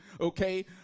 okay